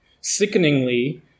sickeningly